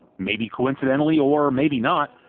maybe coincidentally or maybe not,